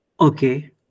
Okay